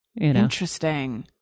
Interesting